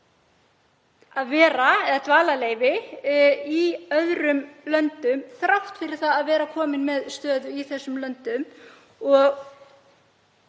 fengið dvalarleyfi í öðrum löndum þrátt fyrir að vera komin með stöðu í þessum löndum.